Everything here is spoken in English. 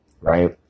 right